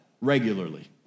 regularly